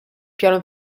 piano